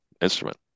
instrument